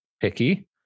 picky